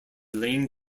lane